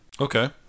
Okay